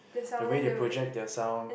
the way they project their sound